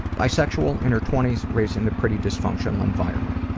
bi-sexual, in her twenty s, raised in a pretty dysfunctional environment.